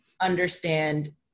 understand